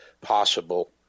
possible